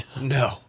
No